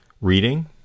reading